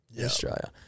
Australia